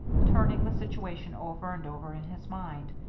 turning the situation over and over in his mind.